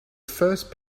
first